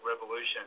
revolution